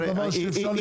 זה דבר שאפשר לפתור.